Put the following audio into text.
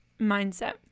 mindset